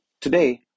Today